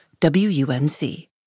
WUNC